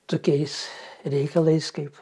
tokiais reikalais kaip